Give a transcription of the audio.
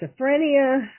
schizophrenia